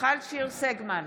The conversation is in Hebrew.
מיכל שיר סגמן,